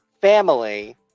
family